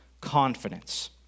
confidence